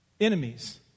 enemies